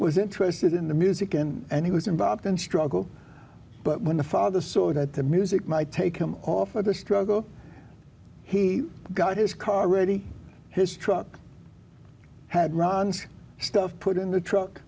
was interested in the music and he was involved in the struggle but when the father saw that the music might take him off of the struggle he got his car ready his truck had ron's stuff put in the truck